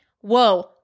whoa